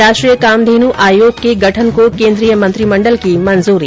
राष्ट्रीय कामधेनू आयोग के गठन को केन्द्रीय मंत्रिमंडल की मंजूरी